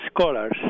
scholars